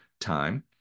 time